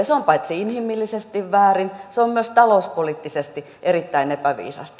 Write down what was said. se on paitsi inhimillisesti väärin se on myös talouspoliittisesti erittäin epäviisasta